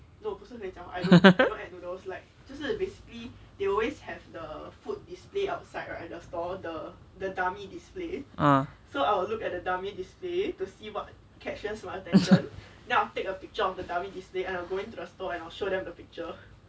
um